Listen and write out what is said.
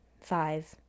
five